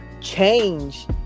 change